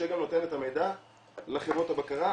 שגם נותן את המידע לחברות הבקרה,